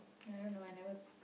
ya I don't know I never